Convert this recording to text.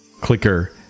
clicker